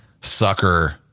sucker